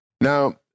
Now